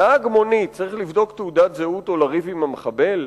נהג מונית צריך לבדוק תעודת זהות או לריב עם המחבל?